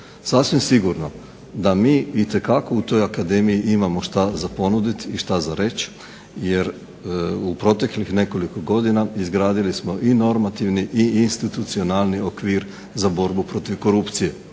Sasvim sigurno da mi itekako u toj akademiji imamo što za ponuditi i što za reći jer u proteklih nekoliko godina izgradili smo i normativni i institucionalni okvir za borbu protiv korupcije.